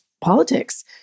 politics